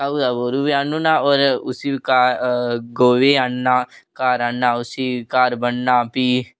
घाऽ दा बोरू बी आह्नी ओड़ना होर उसी गौऽ गी बी आह्नना घर आह्नना उसी ब'न्नना प्ही